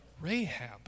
Rahab